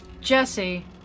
Jesse